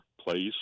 place